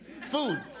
food